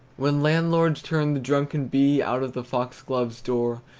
when landlords turn the drunken bee out of the foxglove's door,